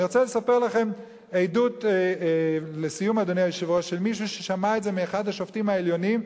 אני רוצה לספר לכם עדות של מישהו ששמע את זה מאחד השופטים העליונים,